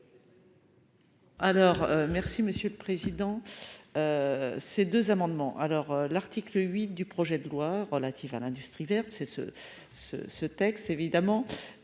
Alors merci monsieur le président. Ces deux amendements. Alors l'article 8 du projet de loi relatif à l'industrie verte c'est ce ce ce texte évidemment